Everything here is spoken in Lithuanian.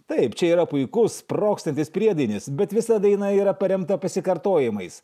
taip čia yra puikus sprogstantis priedainis bet visa daina yra paremta pasikartojimais